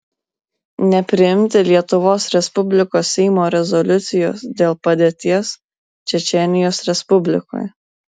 nepriimti lietuvos respublikos seimo rezoliucijos dėl padėties čečėnijos respublikoje